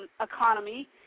economy